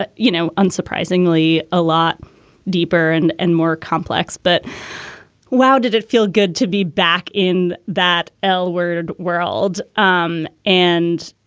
but you know, unsurprisingly, a lot deeper and and more complex. but wow, did it feel good to be back in that l word world? um and,